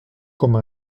comme